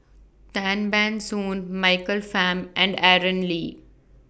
Tan Ban Soon Michael Fam and Aaron Lee